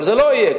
אבל זה לא יהיה,